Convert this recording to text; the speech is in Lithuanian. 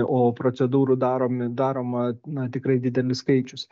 o procedūrų daromi daroma na tikrai didelis skaičius